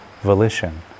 volition